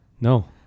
No